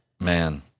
man